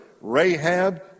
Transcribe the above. Rahab